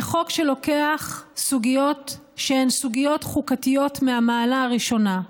זה חוק שלוקח סוגיות שהן סוגיות חוקתיות מהמעלה הראשונה,